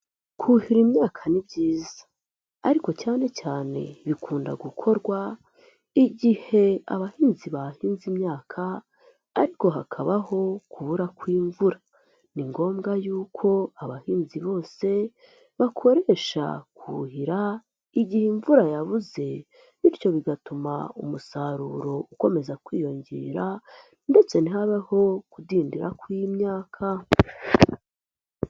Kuhira imyaka ni byiza ariko cyane cyane bikunda gukorwa igihe abahinzi bahinze imyaka ariko hakabaho kubura kw'imvura, ni ngombwa yuko abahinzi bose bakoresha kuhira igihe imvura yabuze bityo bigatuma umusaruro ukomeza kwiyongera ndetse ntihabe kudindira kw'imyaka.